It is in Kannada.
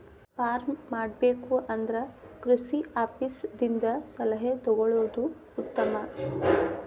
ಪಾರ್ಮ್ ಮಾಡಬೇಕು ಅಂದ್ರ ಕೃಷಿ ಆಪೇಸ್ ದಿಂದ ಸಲಹೆ ತೊಗೊಳುದು ಉತ್ತಮ